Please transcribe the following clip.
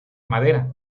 madera